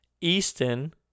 Easton